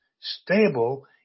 stable